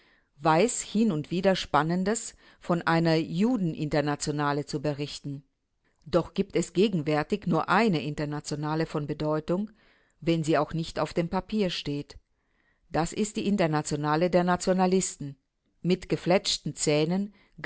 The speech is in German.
weiß hin und wieder spannendes von einer judeninternationale zu berichten doch gibt es gegenwärtig nur eine internationale von bedeutung wenn sie auch nicht auf dem papier steht das ist die internationale der nationalisten mit gefletschten zähnen